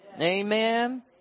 Amen